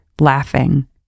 laughing